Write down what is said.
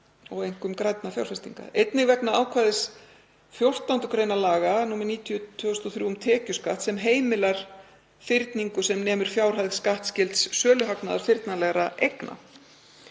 einkum grænna fjárfestinga. Einnig vegna ákvæðis 14. gr. laga nr. 90/2003, um tekjuskatt, sem heimilar fyrningu sem nemur fjárhæð skattskylds söluhagnaðar fyrnanlegra eigna.